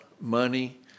money